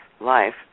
life